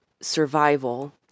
survival